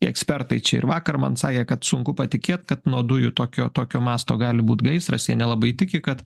ekspertai čia ir vakar man sakė kad sunku patikėt kad nuo dujų tokio tokio masto gali būt gaisras jie nelabai tiki kad